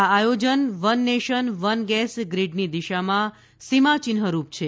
આ આયોજન one nation one gas ગ્રીડની દિશામાં સીમાચિન્હરૂપ છે